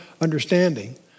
understanding